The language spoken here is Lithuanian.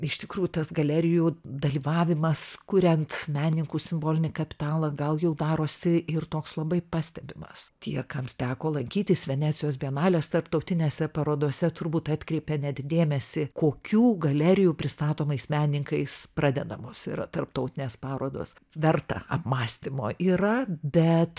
iš tikrųjų tas galerijų dalyvavimas kuriant menininkų simbolinį kapitalą gal jau darosi ir toks labai pastebimas tie kam teko lankytis venecijos bienalės tarptautinėse parodose turbūt atkreipė net dėmesį kokių galerijų pristatomais menininkais pradedamos yra tarptautinės parodos verta apmąstymo yra bet